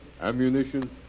ammunition